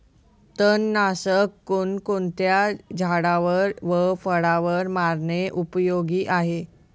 तणनाशक कोणकोणत्या झाडावर व फळावर मारणे उपयोगी आहे?